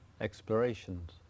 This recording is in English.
explorations